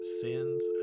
sins